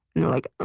they're like,